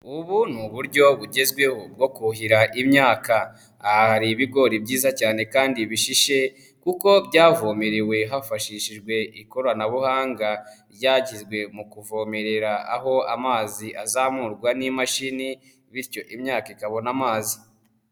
Ubu ni uburyo bugezweho bwo kuhira imyaka, aha hari ibigori byiza cyane kandi bishishe kuko byavomerewe hafashishijwe ikoranabuhanga ryagizwe mu kuvomerera aho amazi azamurwa n'imashini bityo imyaka ikabona amazi.